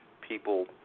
people